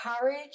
courage